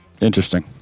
interesting